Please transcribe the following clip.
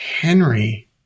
Henry